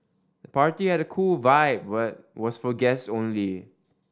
the party had a cool vibe but was for guests only